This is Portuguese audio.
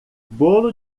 bolo